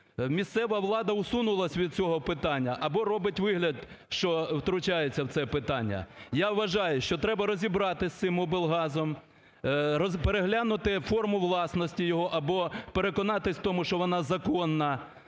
Місцева влада усунулась від цього питання або робить вигляд, що втручається в це питання. Я вважаю, що треба розібратися з цим облгазом, переглянути форму власності його або переконатись в тому, що вона законна,